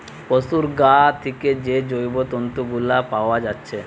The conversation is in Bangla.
পোশুর গা থিকে যে জৈব তন্তু গুলা পাআ যাচ্ছে